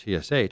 TSH